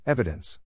Evidence